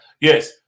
Yes